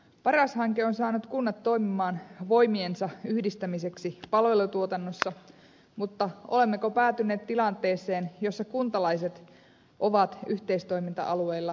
paras hanke on saanut kunnat toimimaan voimiensa yhdistämiseksi palvelutuotannossa mutta olemmeko päätyneet tilanteeseen jossa kuntalaiset ovat yhteistoiminta alueilla eriarvoisia